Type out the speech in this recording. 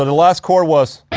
last chord was.